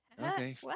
Okay